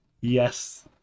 yes